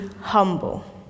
humble